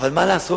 אבל מה לעשות,